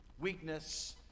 Weakness